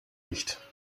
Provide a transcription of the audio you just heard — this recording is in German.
nicht